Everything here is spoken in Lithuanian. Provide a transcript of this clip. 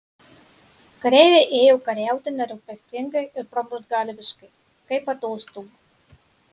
kareiviai ėjo kariauti nerūpestingai ir pramuštgalviškai kaip atostogų